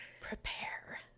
prepare